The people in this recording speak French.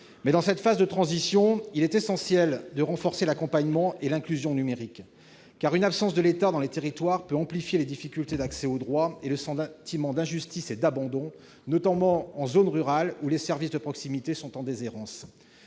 Mais, dans cette phase de transition, il est essentiel de renforcer l'accompagnement et l'inclusion numérique, car une absence de l'État dans les territoires peut amplifier les difficultés d'accès aux droits et le sentiment d'injustice et d'abandon, notamment en zone rurale, où les services de proximité sont en déshérence.